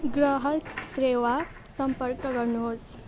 ग्राहक सेवा सम्पर्क गर्नुहोस्